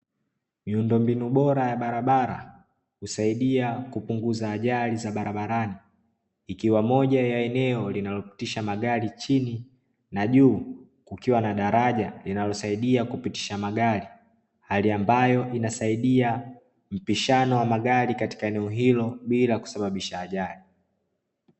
Miundombinu bora ya barabara husaidia kupunguza ajali za barabarani, Ikiwa moja ya eneo linalopitisha magari chini na juu kukiwa na daraja linalosaidia kupitisha magari, hali ambayo inasaidia mpishano wa magari katika eneo hilo bila kusababisha ajali.